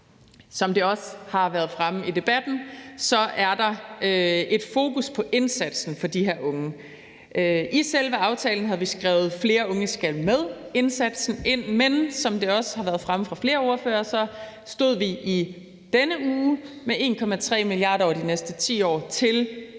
Som det også har været fremme i debatten, er der et fokus på indsatsen for de her unge. I selve aftalen har vi skrevet, at flere unge skal med i indsatsen, men som det også har været fremme fra flere ordføreres side, stod vi i denne uge med 1,3 mia. kr. over de næste 10 år til den